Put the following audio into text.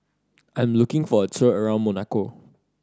I am looking for a tour around Monaco